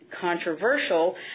controversial